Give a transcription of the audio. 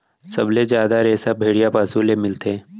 सबले जादा रेसा भेड़िया पसु ले मिलथे